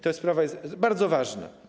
Ta sprawa jest bardzo ważna.